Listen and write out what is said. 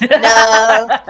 No